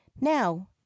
Now